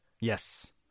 yes